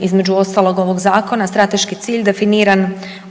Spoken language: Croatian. između ostalog ovog zakona strateški cilj definiran